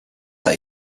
that